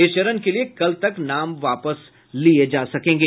इस चरण के लिए कल तक नाम वापस लिये जा सकेंगे